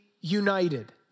united